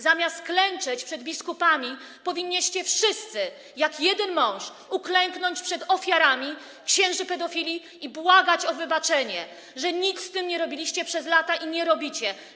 Zamiast klęczeć przed biskupami, powinniście wszyscy, jak jeden mąż, uklęknąć przed ofiarami księży pedofilów i błagać o wybaczenie, że nic z tym przez lata nie robiliście, że nic z tym nie robicie.